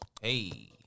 Hey